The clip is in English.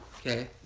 Okay